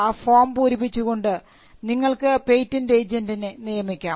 ആ ഫോം പൂരിപ്പിച്ചു കൊണ്ട് നിങ്ങൾക്ക് പേറ്റന്റ് ഏജൻറിനെ നിയമിക്കാം